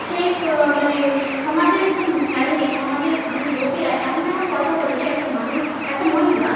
সেই মানে সমাজের যে ফ্যামিলি সমাজের মানে লোকেরা এমন এমন কথা বলে যে একটা মানুষ একটা মহিলা